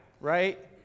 right